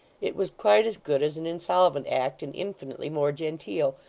it was quite as good as an insolvent act, and infinitely more genteel.